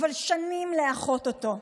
אבל שנים, לאחות אותו.